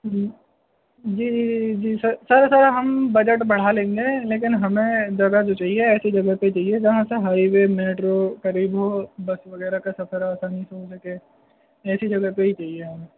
جی جی جی جی جی جی سر سر سر ہم بجٹ بڑھا لیں گے لیکن ہمیں جگہ جو چاہیے ایسی جگہ پہ چاہیے جہاں سے ہائیوے میٹرو قریب ہو بس وغیرہ کا سفر آسانی سے ہو سکے ایسی جگہ پہ ہی چاہیے ہمیں